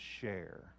share